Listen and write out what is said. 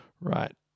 Right